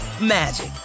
magic